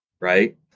right